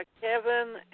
Kevin